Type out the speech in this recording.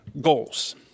goals